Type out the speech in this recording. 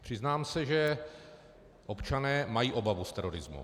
Přiznám se, že občané mají obavu z terorismu.